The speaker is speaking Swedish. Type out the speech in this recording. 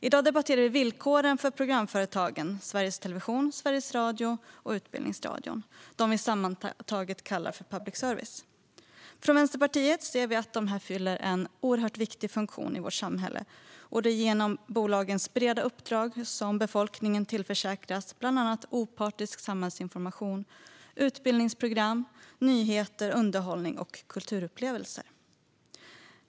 I dag debatterar vi villkoren för programföretagen Sveriges Television, Sveriges Radio och Utbildningsradion, som vi sammantaget kallar public service. Från Vänsterpartiet ser vi att de fyller en oerhört viktig funktion i vårt samhälle. Det är genom bolagens breda uppdrag som befolkningen tillförsäkras bland annat opartisk samhällsinformation, utbildningsprogram, nyheter, underhållning och kulturupplevelser.